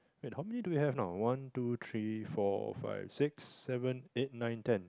wait how many do we have now one two three four five six seven eight nine ten